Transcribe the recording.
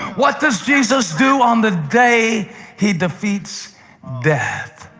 what does jesus do on the day he defeats death?